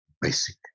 basic